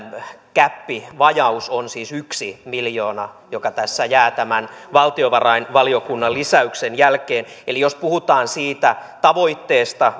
gäppi vajaus on yhtenä miljoona joka tässä jää tämän valtiovarainvaliokunnan lisäyksen jälkeen eli jos puhutaan siitä tavoitteesta